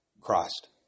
Christ